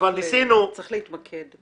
צריך להתמקד,